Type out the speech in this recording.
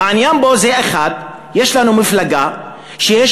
העניין פה זה: 1. יש לנו מפלגה שיש